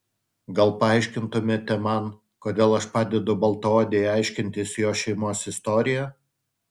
gal paaiškintumėte man kodėl aš padedu baltaodei aiškintis jos šeimos istoriją